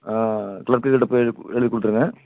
க்ளர்க்குக்கிட்டே போய் எலு எழுதிக் கொடுத்துடுங்க